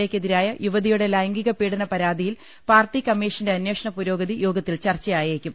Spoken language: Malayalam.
എ ക്കെതിരായ യുവതിയുടെ ലൈംഗിക പീഡന പരാതിയിൽ പാർട്ടി കമ്മീ ഷന്റെ അന്വേഷണ പുരോഗതി യോഗത്തിൽ ചർച്ചയായേക്കും